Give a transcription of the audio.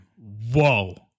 Whoa